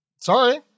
Sorry